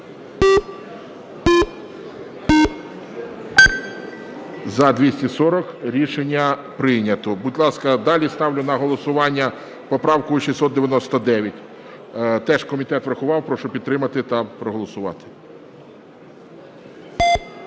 За-240 Рішення прийнято. Будь ласка, далі ставлю на голосування поправку 699. Теж комітет врахував. Прошу підтримати та проголосувати.